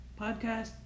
podcast